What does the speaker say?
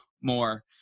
more